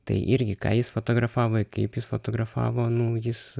tai irgi ką jis fotografavo kaip jis fotografavo nu jis